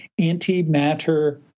antimatter